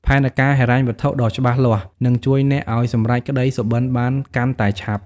ផែនការហិរញ្ញវត្ថុដ៏ច្បាស់លាស់ នឹងជួយអ្នកឱ្យសម្រេចក្ដីសុបិនបានកាន់តែឆាប់។